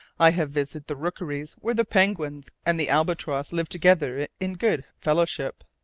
i have visited the rookeries where the penguin and the albatross live together in good fellowship,